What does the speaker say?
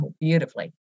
beautifully